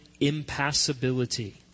impassibility